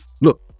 Look